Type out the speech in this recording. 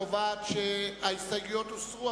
הקובעת שההסתייגויות הוסרו,